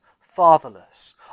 fatherless